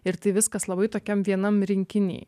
ir tai viskas labai tokiam vienam rinkiny